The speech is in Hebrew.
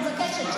אני מבקשת,